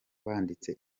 banditse